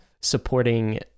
supporting